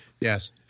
Yes